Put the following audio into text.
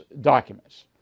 documents